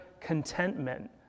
contentment